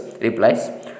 replies